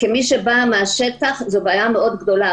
כמי שבאה מהשטח, זו בעיה מאוד גדולה.